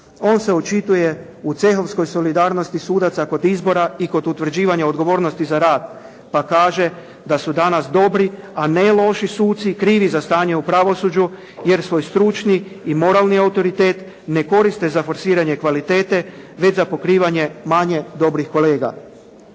On se očituje u cehovskoj solidarnosti sudaca kod izbora i kod utvrđivanja odgovornosti za rad pa kaže da su danas dobri a ne loši suci krivi za stanje u pravosuđu jer svoj stručni i moralni autoritet ne koriste za forsiranje kvalitete već za pokrivanje manje dobrih kolega.